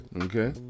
Okay